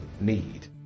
need